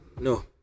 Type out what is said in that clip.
no